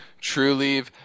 TrueLeave